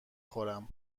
خورم